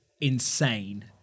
insane